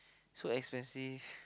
so expensive